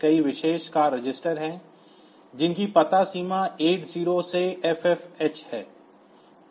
कई विशेष कार्य रजिस्टर हैं जिनकी पता सीमा 80 से FFH है